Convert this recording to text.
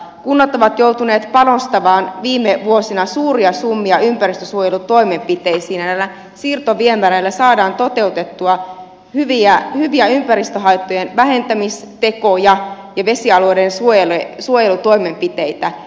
kunnat ovat joutuneet panostamaan viime vuosina suuria summia ympäristönsuojelutoimenpiteisiin ja näillä siirtoviemäreillä saadaan toteutettua hyviä ympäristöhaittojen vähentämistekoja ja vesialueiden suojelutoimenpiteitä